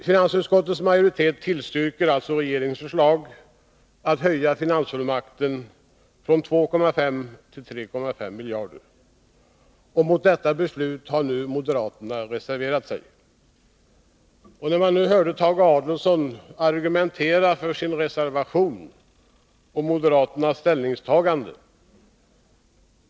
Finansutskottets majoritet tillstyrker alltså regeringens förslag, att höja finansfullmakten från 2,5 till 3,5 miljarder. Mot detta beslut har moderaterna reserverat sig. Vi har nu hört Tage Adolfsson argumentera för sin reservation och moderaternas ställningstagande.